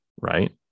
Right